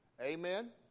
Amen